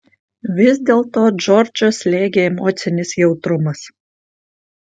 vis dėlto džordžą slėgė emocinis jautrumas